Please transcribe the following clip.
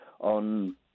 on